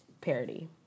Parody